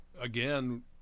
again